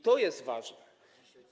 To jest ważne.